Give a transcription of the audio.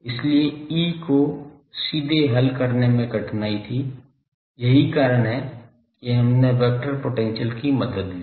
इसलिए E को सीधे हल करने में कठिनाई थी यही कारण है कि हमने वेक्टर पोटेंशियल की मदद ली